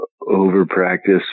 over-practice